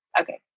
Okay